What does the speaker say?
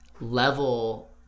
level